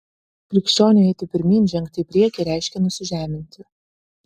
krikščioniui eiti pirmyn žengti į priekį reiškia nusižeminti